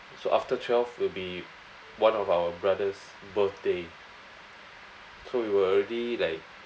so after twelve will be one of our brothers' birthday so we were already like